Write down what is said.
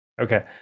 Okay